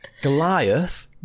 goliath